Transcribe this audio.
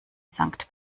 sankt